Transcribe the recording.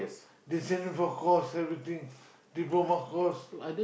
they send me for course everything diploma course